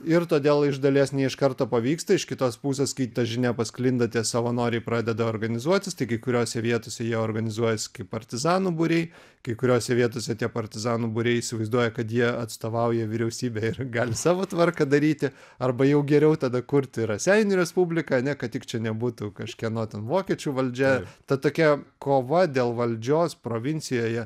ir todėl iš dalies ne iš karto pavyksta iš kitos pusės kai ta žinia pasklinda tie savanoriai pradeda organizuotis tai kai kuriose vietose jie organizuojasi kaip partizanų būriai kai kuriose vietose tie partizanų būriai įsivaizduoja kad jie atstovauja vyriausybę ir gali savo tvarką daryti arba jau geriau tada kurti raseinių respubliką ane kad tik čia nebūtų kažkieno ten vokiečių valdžia ta tokia kova dėl valdžios provincijoje